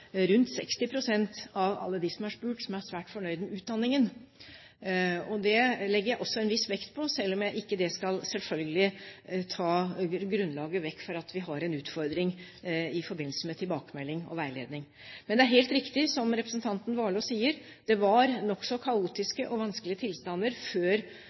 rundt 60 pst. av alle dem som er spurt, er svært fornøyd med utdanningen. Det legger jeg også en viss vekt på, selv om det selvfølgelig ikke skal ta grunnlaget vekk fra at vi har en utfordring i forbindelse med tilbakemelding og veiledning. Men det er helt riktig det representanten Warloe sier. Det var nokså kaotiske og vanskelige tilstander før